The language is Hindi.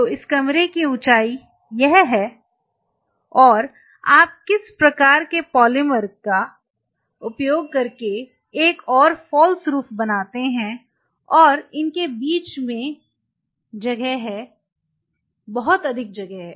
तो इस कमरे की ऊंचाई यह है और आप किसी प्रकार के पॉलीमर का उपयोग करके एक और फालस रूफ बनाते हैं और इनके बीच में जगह है बहुत अधिक जगह है